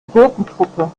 gurkentruppe